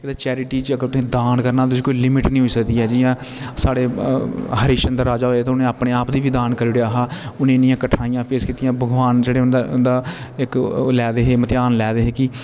charity च अगर तुसे दान करना ते ओह्दी कोई लिमिट नी होई सकदी ऐ साढ़े हरिश चन्दर राजा होये ते उनें अपने आप दी बी दान करी ओड़ेया हा इंनिया कठनाईया फेस कीत्तिया भगवान जेह्ड़े उंदा उंदा ओह् लै दे हे इम्तेहान लै दे हे